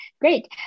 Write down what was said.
Great